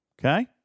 Okay